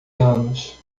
anos